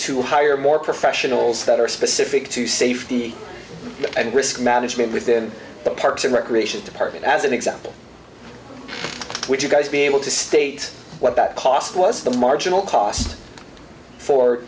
to hire more professionals that are specific to safety and risk management within the parks and recreation department as an example which you guys be able to state what that cost was the marginal cost for